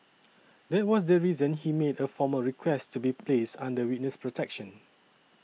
that was the reason he made a formal request to be placed under witness protection